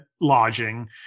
lodging